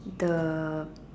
the